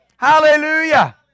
Hallelujah